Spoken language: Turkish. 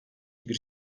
bir